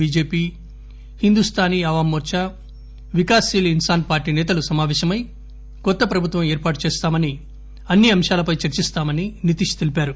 BJP Hindustani Awam Morcha Vikas Sheel Insaan party సేతలు సమాపేశమై కొత్త ప్రభుత్వం ఏర్పాటు చేస్తామని అన్ని అంశాలపై చర్చిస్తామని నితీష్ తెలిపారు